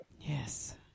Yes